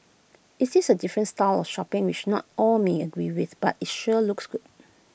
IT is A different style of shopping which not all may agree with but IT sure looks good